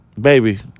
baby